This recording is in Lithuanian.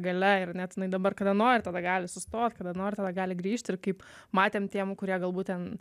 galia ir net jinai dabar kada nori tada gali sustot kada nori tada gali grįžt ir kaip matėm tiem kurie galbūt ten